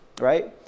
right